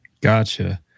Gotcha